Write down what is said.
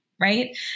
Right